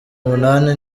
umunani